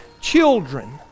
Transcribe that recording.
children